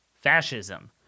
fascism